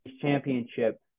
Championship